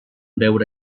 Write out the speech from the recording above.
veure